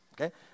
Okay